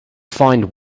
find